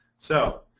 so